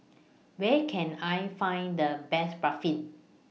Where Can I Find The Best Barfi